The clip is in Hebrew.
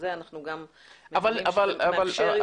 זה מאפשר יותר שקיפות.